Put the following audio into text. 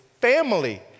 family